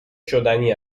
شدنی